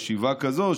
בחשיבה כזאת,